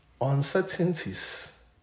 uncertainties